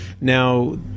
Now